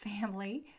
family